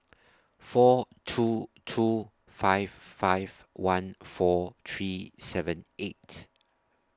four two two five five one four three seven eight